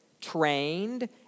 trained